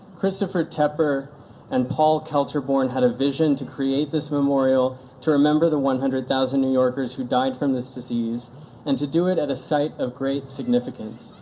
christopher tepper and paul kelterborn had a vision to create this memorial to remember the one hundred thousand new yorkers who died from this disease and to do it at a site of great significance.